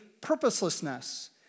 purposelessness